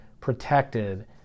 protected